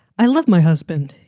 i love my husband.